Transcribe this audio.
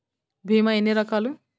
భీమ ఎన్ని రకాలు?